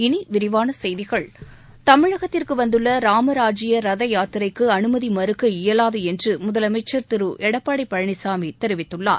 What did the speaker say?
இனி விரிவான செய்திகள் தமிழகத்திற்கு வந்துள்ள ராமராஜ்ஜிய ரத யாத்திரைக்கு அனுமதி மறுக்க இயலாது என்று முதலமைச்சர் திரு எடப்பாடி பழனிசாமி தெரிவித்துள்ளார்